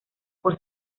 por